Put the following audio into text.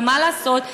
ומה לעשות,